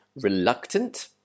reluctant